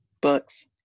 books